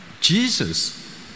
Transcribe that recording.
Jesus